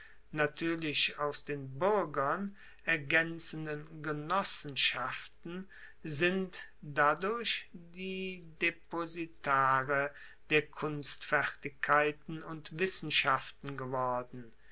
natuerlich aus den buergern ergaenzenden genossenschaften sind dadurch die depositare der kunstfertigkeiten und wissenschaften geworden